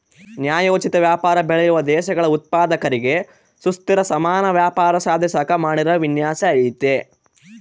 ನ್ಯಾಯೋಚಿತ ವ್ಯಾಪಾರ ಬೆಳೆಯುವ ದೇಶಗಳ ಉತ್ಪಾದಕರಿಗೆ ಸುಸ್ಥಿರ ಸಮಾನ ವ್ಯಾಪಾರ ಸಾಧಿಸಾಕ ಮಾಡಿರೋ ವಿನ್ಯಾಸ ಐತೆ